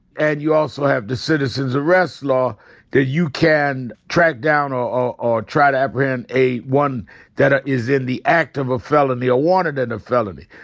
and you also have the citizens arrest law that you can track down or or try to apprehend a one that is in the act of a felony or wanted in and a felony.